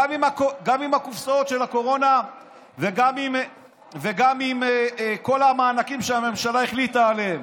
גם עם הקופסאות של הקורונה וגם עם כל המענקים שהממשלה החליטה עליהם.